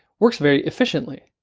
works very efficiently.